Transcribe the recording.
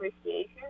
appreciation